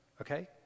okay